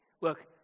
look